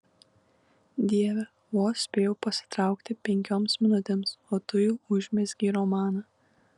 dieve vos spėjau pasitraukti penkioms minutėms o tu jau užmezgei romaną